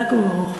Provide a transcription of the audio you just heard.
חזק וברוך.